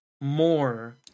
more